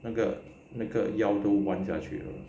那个那个腰都弯下去咯